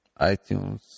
iTunes